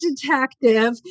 detective